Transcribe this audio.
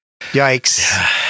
Yikes